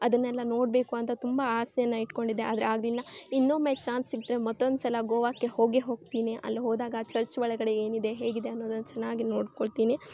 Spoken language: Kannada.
ಅದನ್ನೆಲ್ಲ ನೋಡಬೇಕು ಅಂತ ತುಂಬ ಆಸೇನ ಇಟ್ಕೊಂಡಿದ್ದೆ ಆದರೆ ಆಗಲಿಲ್ಲ ಇನ್ನೊಮ್ಮೆ ಚಾನ್ಸ್ ಸಿಕ್ಕರೆ ಮತ್ತೊಂದ್ಸಲ ಗೋವಾಕ್ಕೆ ಹೋಗೆ ಹೋಗ್ತೀನಿ ಅಲ್ಲಿ ಹೋದಾಗ ಚರ್ಚ್ ಒಳಗಡೆ ಏನಿದೆ ಹೇಗಿದೆ ಅನ್ನೋದನ್ನ ಚೆನ್ನಾಗಿ ನೋಡ್ಕೊಳ್ತೀನಿ